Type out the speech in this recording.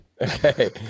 Okay